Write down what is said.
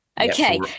Okay